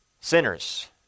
sinners